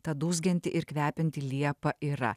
ta dūzgianti ir kvepianti liepa yra